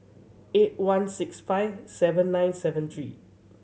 eight one six five seven nine seven three